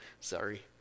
Sorry